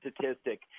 statistic